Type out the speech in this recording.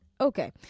Okay